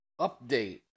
update